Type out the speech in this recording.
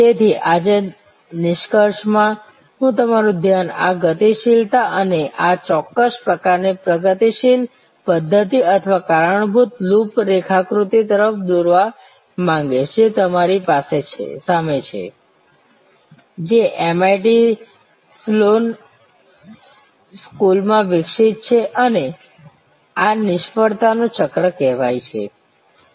તેથી આજે નિષ્કર્ષમાં હું તમારું ધ્યાન આ ગતિશીલતા અને આ ચોક્કસ પ્રકારની પ્રગતિશીલ પદ્ધત્તિ અથવા કારણભૂત લૂપ રેખાકૃતિ તરફ દોરવા માંગીશ જે તમારી સામે છે જે MIT સ્લોન સ્કૂલમાં વિકસિત છે અને આ નિષ્ફળતાનું ચક્ર કહેવાય છે